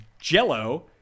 jello